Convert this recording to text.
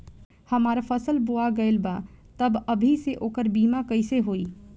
हमार फसल बोवा गएल बा तब अभी से ओकर बीमा कइसे होई?